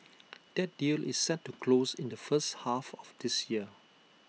that deal is set to close in the first half of this year